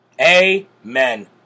Amen